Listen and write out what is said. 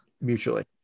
Mutually